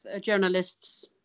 journalists